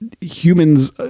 humans